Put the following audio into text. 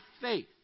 faith